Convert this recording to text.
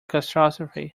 catastrophe